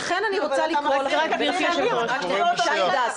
לא, אבל אתה מחזיר --- אנחנו קוראים לשיח.